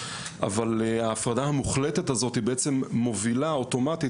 אבל ההפרדה המוחלטת הזאת בעצם מובילה אוטומטית